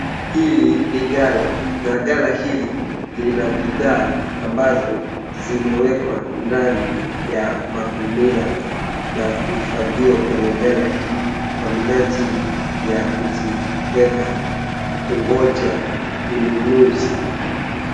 Hili ni ghala na ghala hili lina bidhaa ambazo zimewekwa ndani ya magunia na kuhifadhiwa kwenye ghala hii kwa minajili ya kuziweka kungoja ununuzi